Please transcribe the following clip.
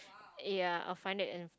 ya or find it in